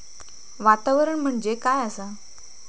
वातावरण म्हणजे काय आसा?